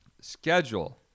Schedule